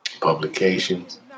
publications